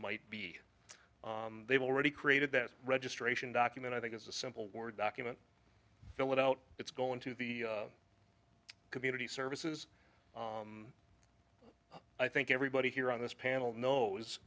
might be they've already created that registration document i think it's a simple word document fill it out it's going to the community services i think everybody here on this panel knows